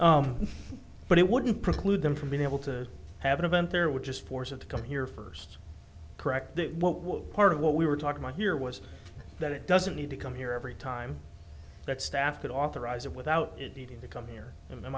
there's but it wouldn't preclude them from being able to have an event there would just force them to come here first corrected what was part of what we were talking about here was that it doesn't need to come here every time that staff could authorize it without needing to come here and then